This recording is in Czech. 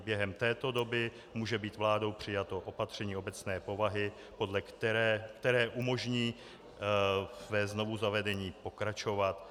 Během této doby může být vládou přijato opatření obecné povahy, které umožní ve znovuzavedení pokračovat.